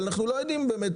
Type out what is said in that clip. אבל אנחנו לא יודעים באמת,